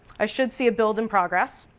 i should see a build in progress.